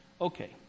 Okay